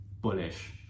bullish